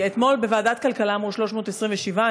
כי אתמול בוועדת הכלכלה אמרו 327,